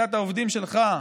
לשיטת העובדים שלך,